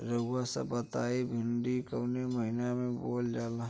रउआ सभ बताई भिंडी कवने महीना में बोवल जाला?